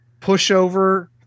pushover